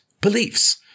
beliefs